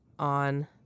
on